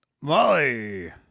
Molly